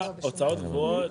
הוצאות קבועות,